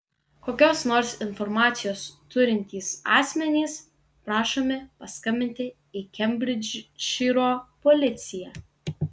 kokios nors informacijos turintys asmenys prašomi paskambinti į kembridžšyro policiją